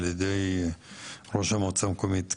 על-ידי ראש המועצה המקומית כיסרא?